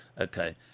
Okay